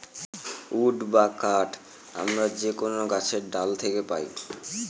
would বা কাঠ আমরা যে কোনো গাছের ডাল থাকে পাই